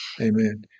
amen